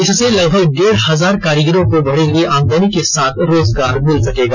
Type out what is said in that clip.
इससे लगभग डेढ हजार कारीगरों को बढ़ी हुई आमदनी के साथ रोजगार मिल सकेगा